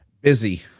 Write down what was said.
Busy